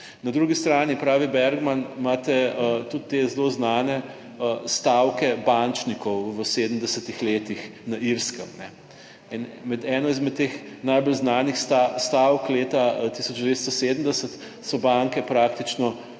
Na drugi strani, pravi Bergman, imate tudi te zelo znane stavke bančnikov v 70. letih na Irskem. In med eno izmed teh najbolj znanih stavk leta 1970 so banke praktično